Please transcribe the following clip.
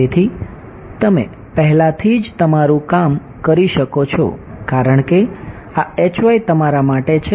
તેથી તમે પહેલાથી જ તમારું કરી શકો છો કારણ કે આ તમારા માટે છે